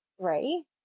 three